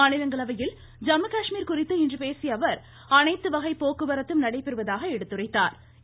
மாநிலங்களவையில் ஜம்மு காஷ்மீர் குறித்து இன்று பேசிய அவர் அனைத்து வகை போக்குவரத்தும் நடைபெறுவதாக எடுத்துரைத்தாா்